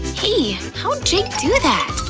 hey, how'd jake do that?